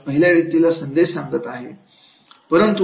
आणि पहिल्या व्यक्तीला संदेश सांगत आहे